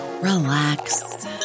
relax